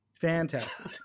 Fantastic